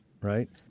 Right